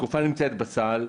התרופה נמצאת בסל,